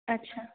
अच्छा